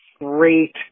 Great